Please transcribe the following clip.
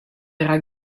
era